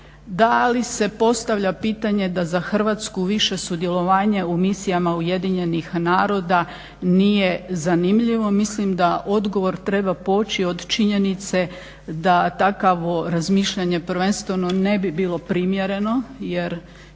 Dalje se postavlja pitanje da za Hrvatsku više sudjelovanja u misijama UN-a nije zanimljivo, mislim da odgovor treba poći od činjenice da takvo razmišljanje prvenstveno ne bi bilo primjereno